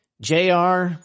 JR